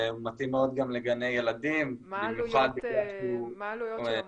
מתאים מאוד גם לגני ילדים --- מה העלויות של המוצר?